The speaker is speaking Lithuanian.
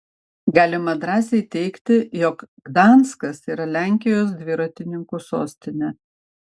galima drąsiai teigti jog gdanskas yra lenkijos dviratininkų sostinė